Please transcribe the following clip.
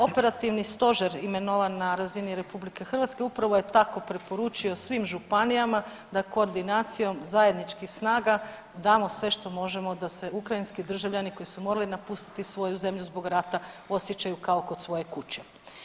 Operativni stožer imenovan na razini RH upravo je tako preporučio svim županijama da koordinacijom zajedničkih snaga damo sve što možemo da se ukrajinski državljani koji su morali napustiti svoju zemlju zbog rata osjećaju kao kod svoje kuće.